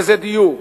וזה דיור.